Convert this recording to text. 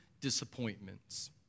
disappointments